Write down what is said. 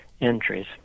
entries